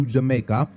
Jamaica